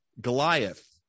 Goliath